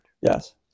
yes